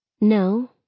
No